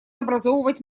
образовывать